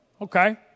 Okay